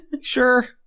Sure